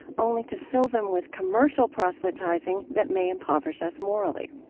only to fill them with commercial proselytizing that may impoverish us morally.